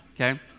okay